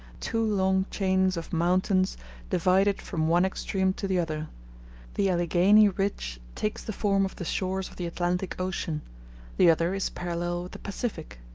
two long chains of mountains divide it from one extreme to the other the alleghany ridge takes the form of the shores of the atlantic ocean the other is parallel with the pacific.